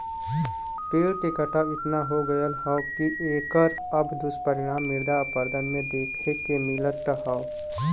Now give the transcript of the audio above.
पेड़ के कटाव एतना हो गयल हौ की एकर अब दुष्परिणाम मृदा अपरदन में देखे के मिलत हौ